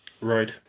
Right